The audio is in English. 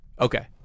okay